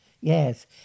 Yes